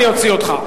אני אוציא אותך.